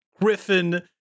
Griffin